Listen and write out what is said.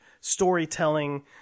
storytelling